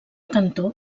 cantó